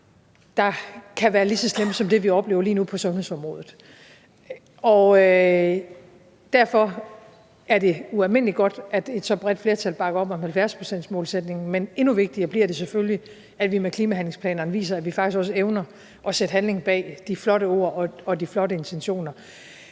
der kan være lige så slemme som det, vi oplever lige nu på sundhedsområdet. Og derfor er det ualmindelig godt, at et så bredt flertal bakker op om 70-procentsmålsætning, men endnu vigtigere bliver det selvfølgelig, at vi med klimahandlingsplanen viser, at vi faktisk også evner at sætte handling bag de flotte ord og de flotte intentioner.